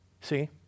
See